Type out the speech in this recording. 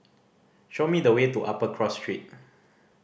show me the way to Upper Cross Street